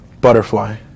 butterfly